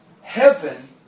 heaven